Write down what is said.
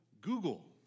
Google